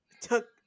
took